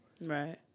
Right